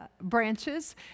branches